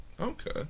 okay